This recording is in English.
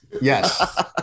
Yes